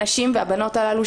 הנשים והבנות הללו,